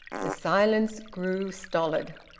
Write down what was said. the silence grew stolid.